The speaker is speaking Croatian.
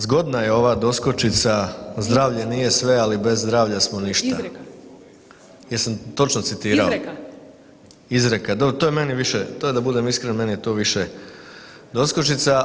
Zgodna je ova doskočica "Zdravlje nije sve, ali bez zdravlja smo ništa" [[Upadica: Izreka.]] Jesam točno citirao? [[Upadica: Izreka.]] Izreka, to je meni više, to je da budem iskren, meni je to više doskočica.